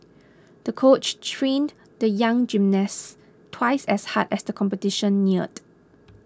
the coach trained the young gymnast twice as hard as the competition neared